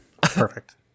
perfect